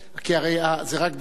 כי הרי זה רק דקלרטיבי.